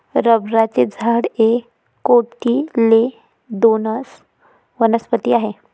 रबराचे झाड एक कोटिलेडोनस वनस्पती आहे